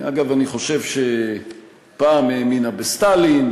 אגב, אני חושב שפעם היא האמינה בסטלין.